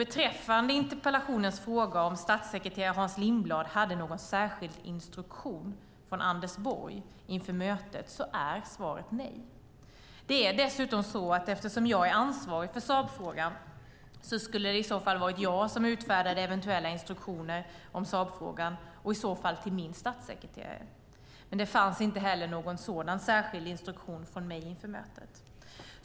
Beträffande interpellationens fråga, ifall statssekreterare Hans Lindblad inför mötet hade någon särskild instruktion från Anders Borg, är svaret nej. Eftersom jag var ansvarig för Saabfrågan skulle det i så fall ha varit jag som utfärdade eventuella instruktioner och i så fall till min statssekreterare. Inte heller från mig fanns någon sådan särskild instruktion inför mötet.